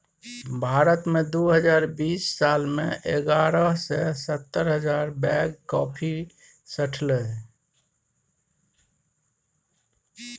भारत मे दु हजार बीस साल मे एगारह सय सत्तर हजार बैग कॉफी सठलै